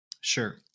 Sure